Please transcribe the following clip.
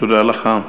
תודה לך.